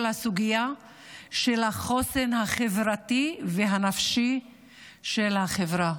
הסוגיה של החוסן החברתי והנפשי של החברה.